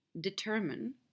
determine